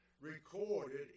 recorded